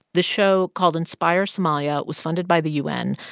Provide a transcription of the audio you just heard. the show called inspire somalia was funded by the u n,